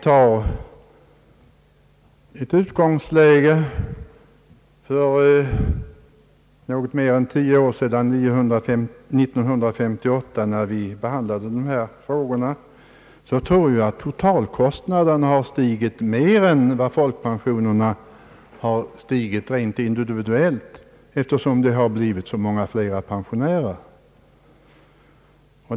Om vi som utgångsläge tar det år för något mer än 10 år sedan, nämligen 1958, när det stora ATP-beslutet fattades, finner vi att totalkostnaderna har stigit mer än vad folkpensionerna har ökat rent individuellt, beroende på att det har blivit så många fler pensionärer.